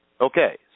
Okay